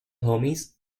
homies